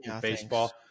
baseball